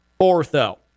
ortho